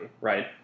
right